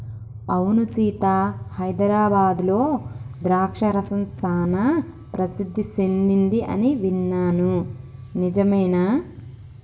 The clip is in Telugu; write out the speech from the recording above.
అవును సీత హైదరాబాద్లో ద్రాక్ష రసం సానా ప్రసిద్ధి సెదింది అని విన్నాను నిజమేనా